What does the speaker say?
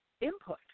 input